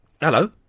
hello